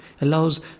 allows